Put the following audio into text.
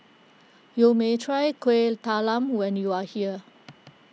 you may try Kueh Talam when you are here